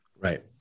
right